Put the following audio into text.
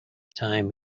time